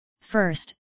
first